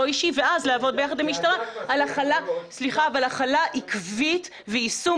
אישי ואז לעבוד ביחד עם המשטרה על החלה עקבית ויישום